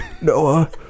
Noah